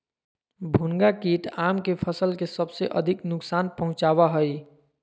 भुनगा कीट आम के फसल के सबसे अधिक नुकसान पहुंचावा हइ